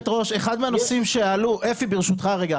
הראש, אחד מהנושאים שעלו, אפי ברשותך רגע,